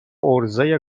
عرضهی